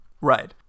Right